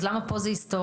אז למה פה זה היסטורי?